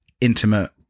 intimate